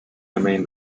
remain